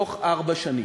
בתוך ארבע שנים.